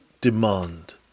demand